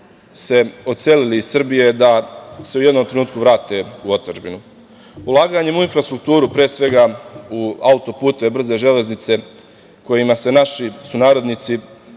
se odselili iz Srbije da se u jednom trenutku vrate u otadžbinu. Ulaganjem u infrastrukturu, pre svega u auto-puteve, brze železnice kojima naši sunarodnici